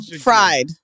Fried